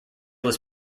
his